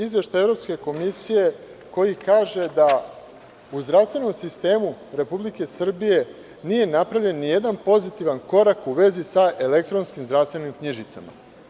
Izveštaj Evropske komisije kaže da u zdravstvenom sistemu Republike Srbije nije napravljen ni jedan pozitivan korak u vezi sa elektronskim zdravstvenim knjižicama.